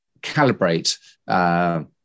calibrate